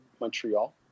Montreal